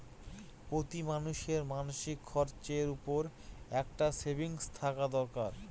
প্রতি মানুষের মাসিক খরচের পর একটা সেভিংস থাকা দরকার